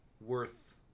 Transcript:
worth